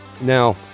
Now